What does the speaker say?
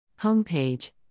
Homepage